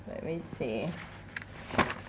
let me see